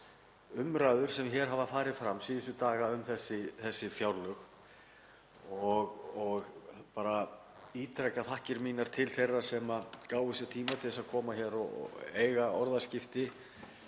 umræður sem hér hafa farið fram síðustu daga um þessi fjárlög og ítreka þakkir mínar til þeirra sem gáfu sér tíma til þess að koma hér og eiga orðaskipti,